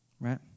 Right